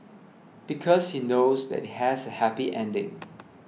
because he knows that it has a happy ending